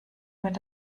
wird